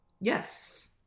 Yes